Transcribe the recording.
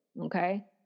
Okay